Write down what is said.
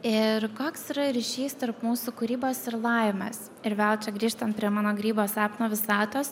ir koks yra ryšys tarp mūsų kūrybos ir laimės ir vėl čia grįžtant prie mano grybo sapno visatos